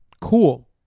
Cool